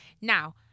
Now